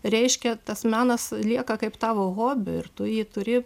reiškia tas menas lieka kaip tavo hobiu ir tu jį turi